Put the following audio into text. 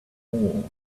more